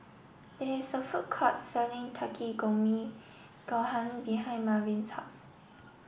there is a food court selling Takikomi Gohan behind Malvin's house